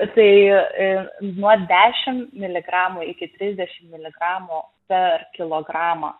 tai nuo dešim miligramų iki trisdešim miligramų per kilogramą